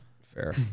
fair